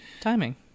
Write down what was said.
timing